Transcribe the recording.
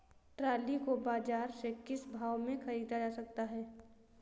Trolley को बाजार से किस भाव में ख़रीदा जा सकता है?